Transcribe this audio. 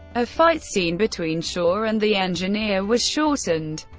a fight scene between shaw and the engineer was shortened,